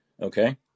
Okay